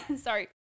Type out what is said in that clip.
Sorry